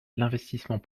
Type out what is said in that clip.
l’investissement